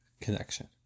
connection